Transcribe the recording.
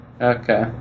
Okay